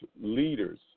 leaders